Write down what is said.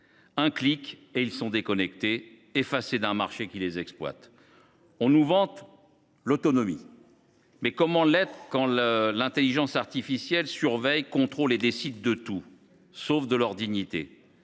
Un clic, et ils sont « déconnectés », effacés d’un marché qui les exploite. On nous vante l’autonomie. Mais comment l’être quand une intelligence artificielle surveille, contrôle et décide de tout, sauf de leur dignité ?